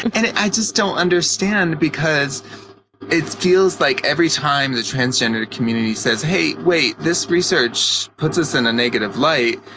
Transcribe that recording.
and i just don't understand because it feels like every time the transgender community says, hey, wait, this research puts us in a negative light,